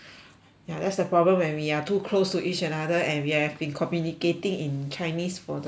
ya that's the problem when we are too close to each another and have been communicating in chinese for the longest